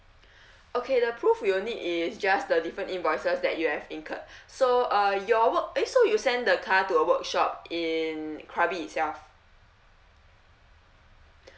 okay the proof you'll need is just the different invoices that you have incurred so uh your work eh so you send the car to a workshop in krabi itself